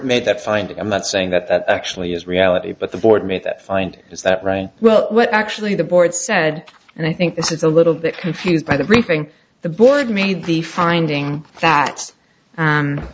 made that finding i'm not saying that that actually is reality but the board made that find is that right well what actually the board said and i think this is a little bit confused by the briefing the board made the finding that